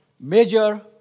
major